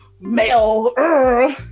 male